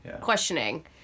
questioning